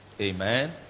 Amen